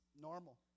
normal